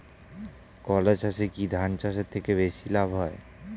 কলা চাষে কী ধান চাষের থেকে বেশী লাভ হয়?